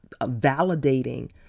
validating